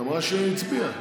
שהיא הצביעה,